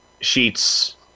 sheets